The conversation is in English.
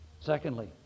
Secondly